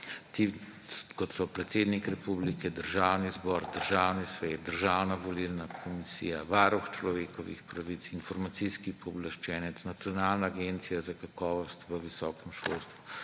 kot so predsednik republike, Državni zbor, Državni svet, Državna volilna komisija, Varuh človekovih pravic, Informacijski pooblaščenec, Nacionalna agencija za kakovost v visokem šolstvu,